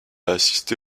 assisté